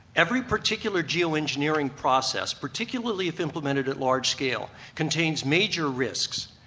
every particular geo-engineering process, particularly if implemented at large scale, contains major risks,